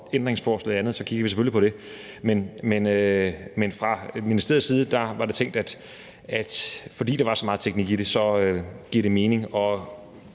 ændringsforslag eller andet, kigger vi selvfølgelig på det. Fra ministeriets side var det tænkt, at fordi der er så meget teknik i det, giver det mening at